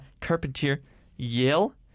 Carpentier-Yale